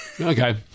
Okay